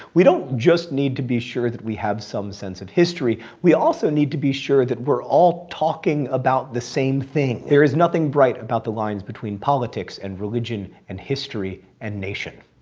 we don't just need to be sure that we have some sense of history. we also need to be sure that we're all talking about the same thing. there is nothing bright about the lines between politics and religion and history and nation.